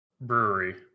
Brewery